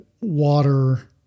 water